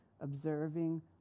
observing